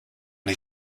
les